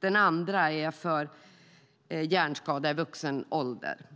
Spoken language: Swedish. Den andra är personer med hjärnskada i vuxen ålder.